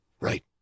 Right